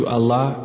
Allah